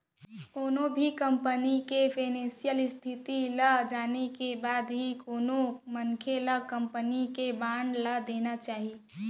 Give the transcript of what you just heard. कोनो भी कंपनी के फानेसियल इस्थिति ल जाने के बाद ही कोनो मनसे ल कंपनी के बांड ल लेना चाही